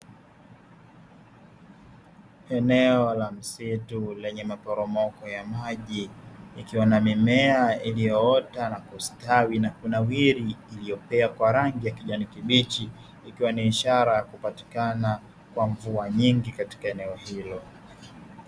Eneo la msitu lenye maporomoko ya maji, yakiwa na mimea iliyoota, na kustawi na kunawiri, iliyopea kwa rangi ya kijani kibichi, ikiwa ni ishara ya kupatikana kwa mvua nyingi katika eneo hilo.